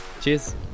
Cheers